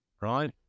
right